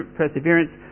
perseverance